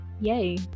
yay